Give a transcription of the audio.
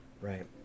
Right